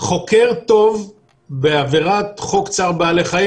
חוקר טוב בעבירת חוק צער בעלי חיים